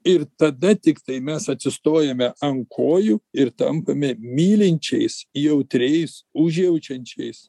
ir tada tiktai mes atsistojame ant kojų ir tampame mylinčiais jautriais užjaučiančiais